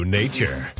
nature